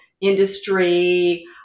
industry